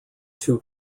two